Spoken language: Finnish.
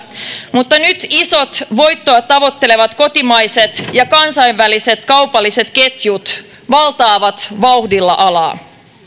mutta nyt isot voittoa tavoittelevat kotimaiset ja kansainväliset kaupalliset ketjut valtaavat vauhdilla alaa